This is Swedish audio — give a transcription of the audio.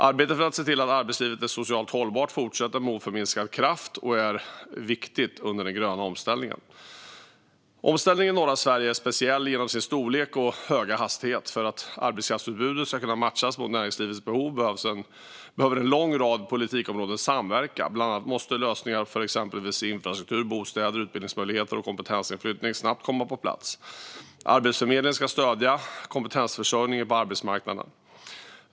Arbetet för att se till att arbetslivet är socialt hållbart fortsätter med oförminskad kraft och är viktigt under den gröna omställningen. Omställningen i norra Sverige är speciell genom sin storlek och höga hastighet. För att arbetskraftsutbudet ska kunna matchas mot näringslivets behov behöver en lång rad politikområden samverka. Bland annat måste lösningar för exempelvis infrastruktur, bostäder, utbildningsmöjligheter och kompetensinflyttning snabbt komma på plats. Arbetsförmedlingen ska stödja kompetensförsörjning på arbetsmarknaden.